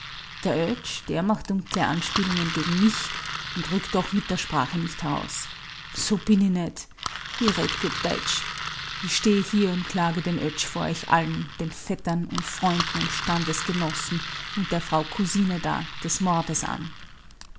der oetsch der macht dunkle anspielungen gegen mich und rückt doch mit der sprache nicht heraus so bin i net i red gut deutsch ich stehe hier und klage den oetsch vor euch allen den vettern und freunden und standesgenossen und der frau kusine da des mordes an